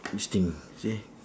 each thing ah you see